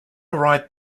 arrived